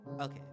Okay